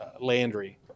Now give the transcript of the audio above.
Landry